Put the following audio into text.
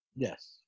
Yes